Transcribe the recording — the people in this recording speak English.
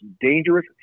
dangerous